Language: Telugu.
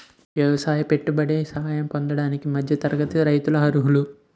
ఎవసాయ పెట్టుబడి సహాయం పొందడానికి మధ్య తరగతి రైతులు అర్హులు